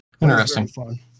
Interesting